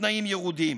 בתנאים ירודים.